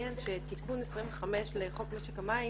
לציין שתיקון 25 לחוק משק המים